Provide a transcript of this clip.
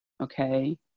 okay